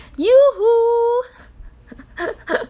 YooHoo